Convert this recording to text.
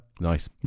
Nice